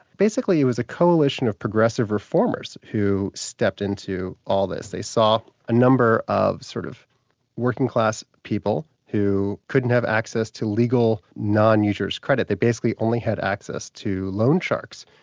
basically it was a coalition of progressive reformers who stepped into all this. they saw a number of sort of working-class people who couldn't have access to legal non-usurious credit, they basically only had access to loan sharks.